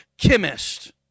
chemist